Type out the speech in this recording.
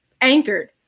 anchored